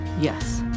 Yes